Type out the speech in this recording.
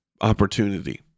opportunity